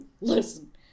listen